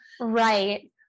Right